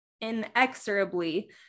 inexorably